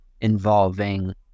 involving